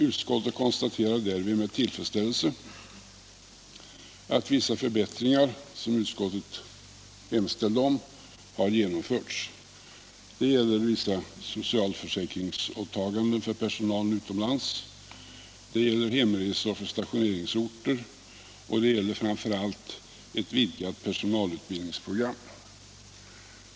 Utskottet konstaterar där med tillfredsställelse att vissa förbättringar, som utskottet hemställde om, har genomförts. Det gäller vissa socialförsäkringsåtaganden för personalen utomlands, det gäller hemresor från stationeringsorter, och det gäller framför allt ett vidgat personalutbildningsprogram.